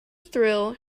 thrill